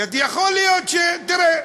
יכול להיות, תראה,